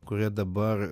kurie dabar